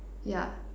yeah